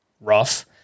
Rough